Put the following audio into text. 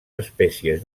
espècies